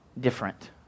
different